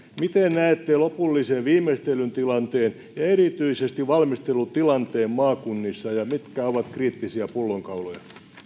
miten näette lopullisen viimeistellyn tilanteen ja erityisesti valmistelutilanteen maakunnissa mitkä ovat kriittisiä pullonkauloja